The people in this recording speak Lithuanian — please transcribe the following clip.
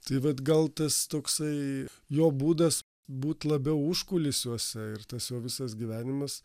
tai vat gal tas toksai jo būdas būt labiau užkulisiuose ir tas jo visas gyvenimas